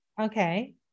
Okay